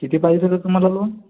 किती पाहिजे तुम्हाला लोन